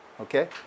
Okay